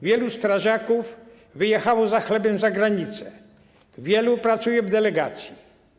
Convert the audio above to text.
Wielu strażaków wyjechało za chlebem za granicę, wielu pracuje w delegacji.